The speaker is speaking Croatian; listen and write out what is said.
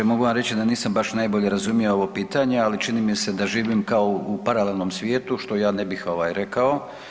Mogu vam reći da nisam baš najbolje razumio ovo pitanje, ali čini mi se da živim kao u paralelnom svijetu što ja ne bih rekao.